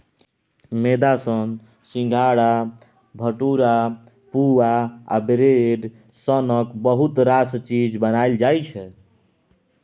मेदा सँ सिंग्हारा, भटुरा, पुआ आ ब्रेड सनक बहुत रास चीज बनाएल जाइ छै